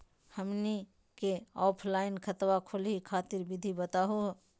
हमनी क ऑफलाइन खाता खोलहु खातिर विधि बताहु हो?